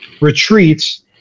retreats